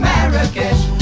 Marrakesh